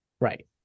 Right